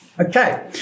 Okay